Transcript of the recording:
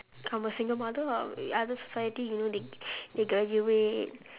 I'm a single mother lah other society you know they they graduate